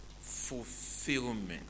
fulfillment